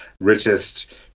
richest